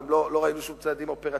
גם לא ראינו שום צעדים אופרטיביים,